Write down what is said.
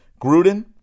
Gruden